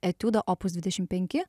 etiudų opus dvidešim penki